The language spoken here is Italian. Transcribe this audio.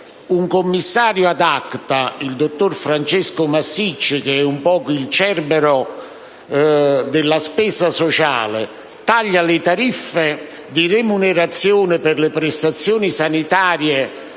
un commissario *ad acta*, il dottor Francesco Massicci (che è un po' il cerbero della spesa sociale), taglia le tariffe di remunerazione per le prestazioni sanitarie